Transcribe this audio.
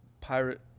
pirate